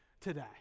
Today